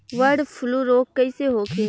Bird flu रोग कईसे होखे?